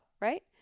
right